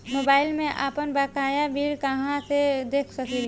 Mobile में आपनबकाया bill कहाँसे देख सकिले?